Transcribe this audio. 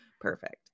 Perfect